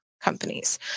companies